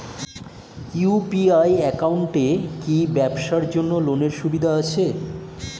UPI একাউন্টে কি ব্যবসার জন্য লোনের সুবিধা আছে?